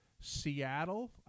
Seattle